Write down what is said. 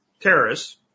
terrorists